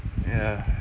ya